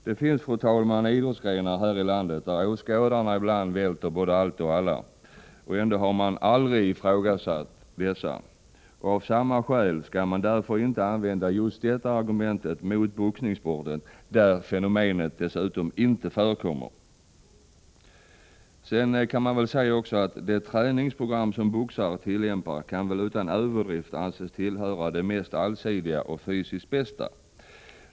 Det finns, fru talman, idrottsgrenar här i landet där åskådarna ibland välter allt och alla. Ändå har man aldrig ifrågasatt dessa idrottsgrenar. Därför skall man inte använda argumentet om förråande inverkan just i samband med boxningssporten, där det nämnda fenomenet inte förekommer. De träningsprogram som boxare tillämpar kan utan överdrift anses tillhöra de mest allsidiga och fysiskt bästa.